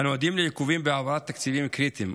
אנו עדים לעיכובים בהעברת תקציבים קריטיים,